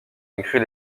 écrit